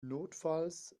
notfalls